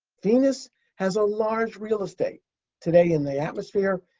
venus has a large real estate today in the atmosphere,